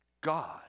God